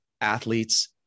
athletes